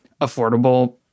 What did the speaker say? affordable